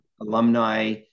Alumni